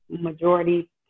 majority